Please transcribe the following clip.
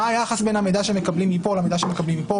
מה היחס בין המידע שהם מקבלים מכאן לבין המידע שהם מקבלים מכאן,